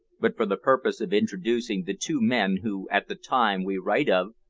but for the purpose of introducing the two men who, at the time we write of,